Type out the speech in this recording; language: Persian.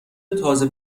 تازه